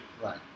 Right